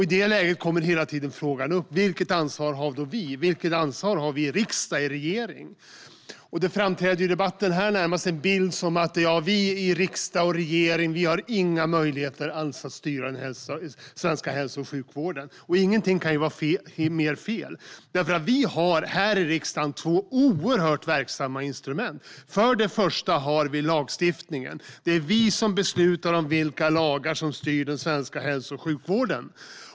I det läget kommer hela tiden frågan upp vilket ansvar vi i riksdag och regering har, och det framträder i debatten här närmast en bild av att vi i riksdag och regering inte har några möjligheter alls att styra den svenska hälso och sjukvården. Ingenting kan vara mer fel. Vi har här i riksdagen två oerhört verkningsfulla instrument. För det första har vi lagstiftningen. Det är vi som beslutar om vilka lagar som styr den svenska hälso och sjukvården.